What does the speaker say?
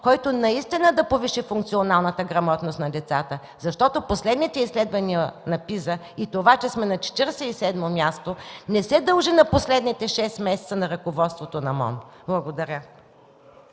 който наистина да повиши функционалната грамотност на децата, защото последните изследвания на PISA и това, че сме на 47-о място, не се дължи на последните шест месеца на ръководството на Министерството